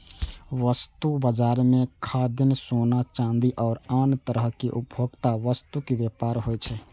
वस्तु बाजार मे खाद्यान्न, सोना, चांदी आ आन तरहक उपभोक्ता वस्तुक व्यापार होइ छै